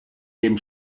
dem